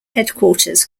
headquarters